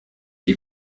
die